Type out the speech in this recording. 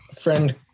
friend